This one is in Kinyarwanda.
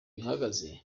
gihagaze